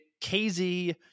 KZ